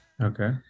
Okay